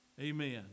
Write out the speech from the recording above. amen